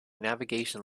navigation